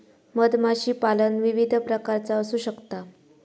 मधमाशीपालन विविध प्रकारचा असू शकता